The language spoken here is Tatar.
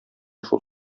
шул